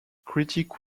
critic